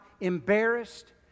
embarrassed